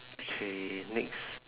okay next